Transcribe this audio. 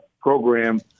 program